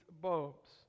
bulbs